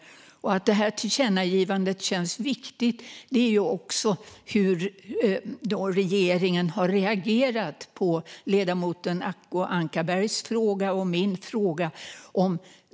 Att detta tillkännagivande känns viktigt har också att göra med hur regeringen har reagerat på ledamoten Acko Ankarbergs och min fråga.